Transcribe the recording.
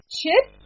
Chip